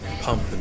pump